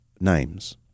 names